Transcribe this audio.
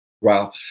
wow